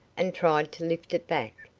and tried to lift it back,